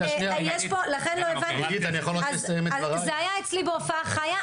זה היה אצלי בהופעה חיה,